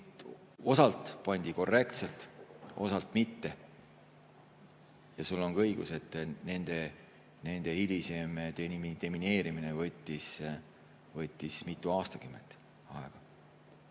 osalt korrektselt, osalt mitte. Sul on ka õigus, et nende hilisem demineerimine võttis mitu aastakümmet aega.